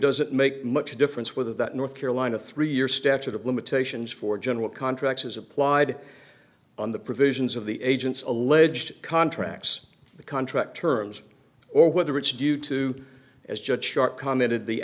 doesn't make much difference whether that north carolina three year statute of limitations for general contracts is applied on the provisions of the agent's alleged contracts the contract terms or whether it's due to as